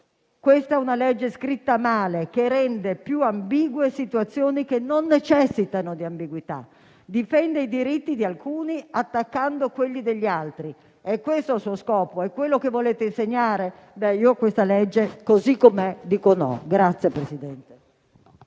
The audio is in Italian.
disegno di legge scritto male, che rende più ambigue situazioni che non necessitano di ambiguità, difende i diritti di alcuni, attaccando quelli degli altri. È questo il suo scopo? È questo che volete insegnare? A questo disegno di legge, così com'è, dico no.